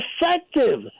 effective